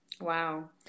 Wow